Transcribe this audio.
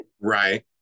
Right